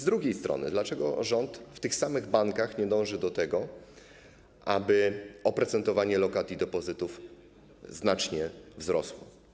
A z drugiej strony dlaczego rząd w tych samych bankach nie dąży do tego, aby oprocentowania lokat i depozytów znacznie wzrosły?